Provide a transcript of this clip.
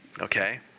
okay